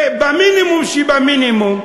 במינימום שבמינימום.